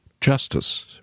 justice